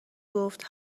گفت